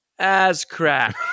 Ascrack